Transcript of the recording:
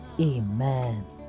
amen